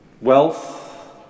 wealth